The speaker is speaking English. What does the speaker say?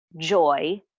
joy